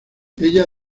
ella